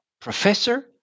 Professor